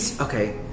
okay